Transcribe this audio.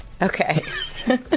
Okay